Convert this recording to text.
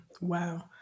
Wow